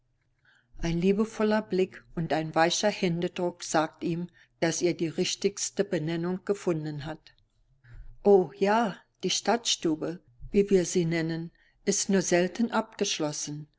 ein liebevoller blick und ein weicher händedruck sagt ihm daß er die richtigste benennung gefunden hat o ja die stadtstube wie wir sie nennen ist nur selten abgeschlossen